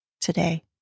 today